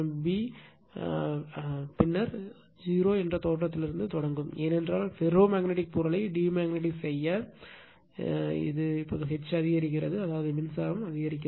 பின்னர் 0 என்ற தோற்றத்திலிருந்து தொடங்கும் ஏனென்றால் ஃபெரோ மேக்னட்டிக்ப் பொருளை டிமக்னெடைஸ் செய்ய இப்போது H ஐ அதிகரிக்கிறது அதாவது மின்சாரத்தை அதிகரிக்கிறது